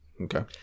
Okay